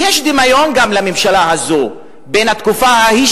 ויש דמיון גם בין הממשלה הזאת ובין התקופה ההיא,